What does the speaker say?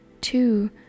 two